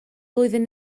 flwyddyn